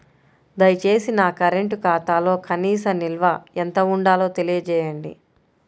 దయచేసి నా కరెంటు ఖాతాలో కనీస నిల్వ ఎంత ఉండాలో తెలియజేయండి